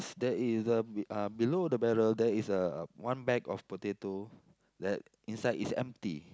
there is a be uh below the barrel there is a one bag of potato that inside is empty